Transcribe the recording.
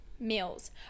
meals